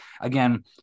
again –